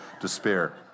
despair